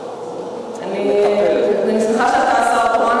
אני שמחה שאתה השר התורן,